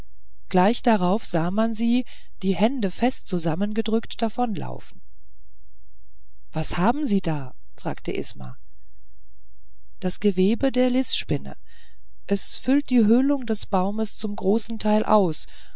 gleich darauf sah man sie die hände fest zusammengedrückt davonlaufen was haben sie da fragte isma das gewebe der lisspinne es füllt die höhlung des baumes zum großen teil aus